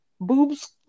boobs